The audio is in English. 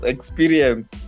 Experience